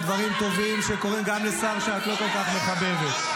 הכול בעלייה,